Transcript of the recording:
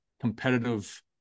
competitive